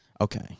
Okay